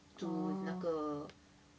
oh